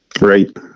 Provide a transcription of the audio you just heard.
Right